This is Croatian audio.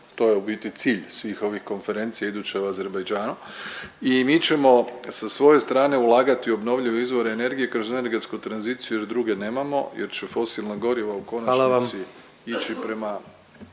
To je u biti cilj svih ovih konferencija, iduća je u Azerbajdžanu i mi ćemo sa svoje strane ulagati u obnovljive izvora energije kroz energetsku tranziciju jer druge nemamo jer će fosilna goriva u konačnici…